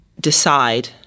decide